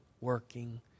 working